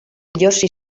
josi